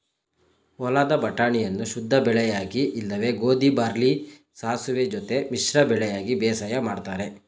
ಹೊಲದ ಬಟಾಣಿಯನ್ನು ಶುದ್ಧಬೆಳೆಯಾಗಿ ಇಲ್ಲವೆ ಗೋಧಿ ಬಾರ್ಲಿ ಸಾಸುವೆ ಜೊತೆ ಮಿಶ್ರ ಬೆಳೆಯಾಗಿ ಬೇಸಾಯ ಮಾಡ್ತರೆ